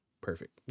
perfect